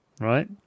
Right